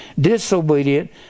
disobedient